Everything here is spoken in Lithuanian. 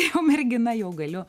jau mergina jau galiu